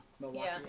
Milwaukee